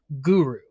Guru